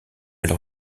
leur